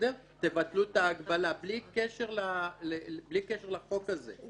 תבטלו את ההגבלה, בלי קשר לחוק הזה.